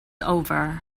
over